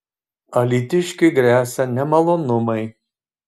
alytiškiui gresia nemalonumai